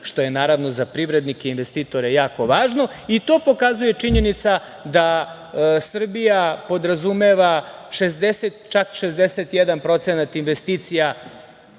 što je naravno za privrednike i investitore jako važno. To pokazuje i činjenica da Srbija podrazumeva čak 61% investicija